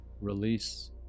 release